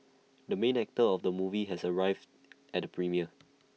the main actor of the movie has arrived at premiere